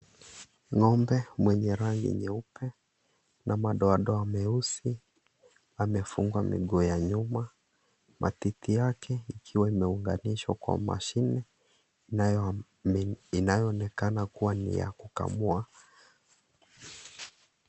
Ng'ombe mwenye rangi nyeupe na madoadoa meusi amefungwa miguu ya nyuma matiti yake ikiwa imeunganishwa kwa mashinei inayo onekana kuwa ni ya kukamua.